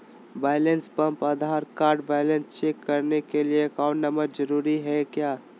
Balance pump Aadhaar card balance check करने के लिए अकाउंट नंबर जरूरी है क्या?